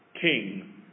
king